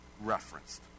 referenced